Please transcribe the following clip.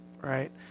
right